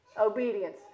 Obedience